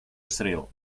thrill